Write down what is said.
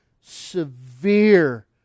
severe